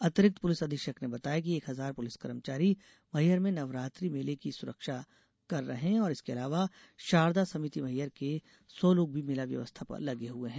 अतिरिक्त पुलिस अधीक्षक ने बताया कि एक हजार पुलिस कर्मचारी मैहर में नवरात्रि मेले की सुरक्षा कर रहे हैं और इसके अलावा शारदा समिति मैहर के सौ लोग भी मेला व्यवस्था पर लगे हुए हैं